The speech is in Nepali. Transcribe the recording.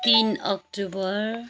तिन अक्टोबर